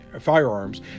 firearms